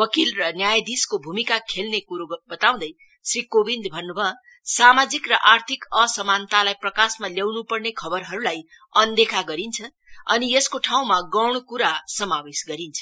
वकिल र न्यायाधीशको भूमिका खेल्ने कुरो बताउँदै श्री कोविन्दले भन्न् भयो सामाजिक र आर्थिक असमान्तालाई प्रकाशमा ल्याउन् पर्ने खबरहरूलाई अनदेखा गरिन्छ अनि यसको गाउँमा गौण क्रा समावेश गरिन्छ